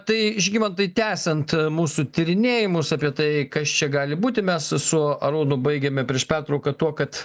tai žygimantai tęsiant mūsų tyrinėjimus apie tai kas čia gali būti mes su arūnu baigėme prieš pertrauką tuo kad